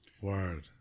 Word